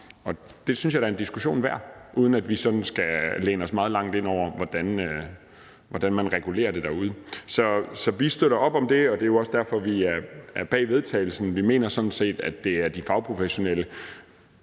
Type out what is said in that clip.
Og det synes jeg da er en diskussion værd, uden at vi sådan skal læne os meget langt ind over, hvordan man regulerer det derude. Så vi støtter op om det, og det er også derfor, vi er bag vedtagelsesteksten. Vi mener sådan set, at det er de fagprofessionelle